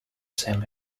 same